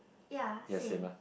ya same